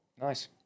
Nice